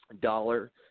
dollar